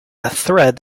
thread